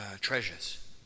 treasures